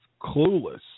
clueless